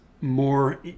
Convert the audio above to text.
more